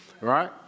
Right